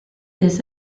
this